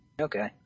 Okay